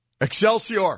Excelsior